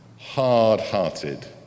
hard-hearted